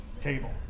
table